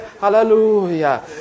Hallelujah